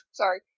Sorry